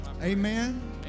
Amen